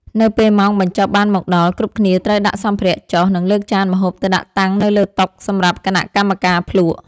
នៅពេលម៉ោងបញ្ចប់បានមកដល់ គ្រប់គ្នាត្រូវដាក់សម្ភារៈចុះ និងលើកចានម្ហូបទៅដាក់តាំងនៅលើតុសម្រាប់គណៈកម្មការភ្លក្ស។